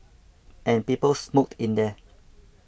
and people smoked in there